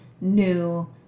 new